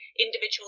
individual